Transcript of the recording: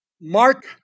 Mark